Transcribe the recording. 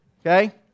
Okay